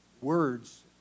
words